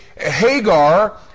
Hagar